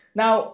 now